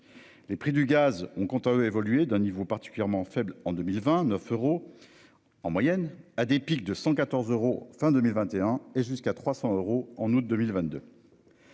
Les prix du gaz ont quant à eux évoluer d'un niveau particulièrement faible en 2029 euros. En moyenne à des pics de 114 euros fin 2021 et jusqu'à 300 euros en août 2022.--